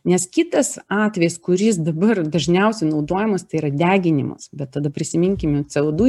nes kitas atvejis kuris dabar dažniausiai naudojamas tai yra deginimas bet tada prisiminkime ce o du